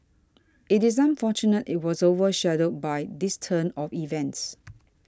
it is unfortunate it was over shadowed by this turn of events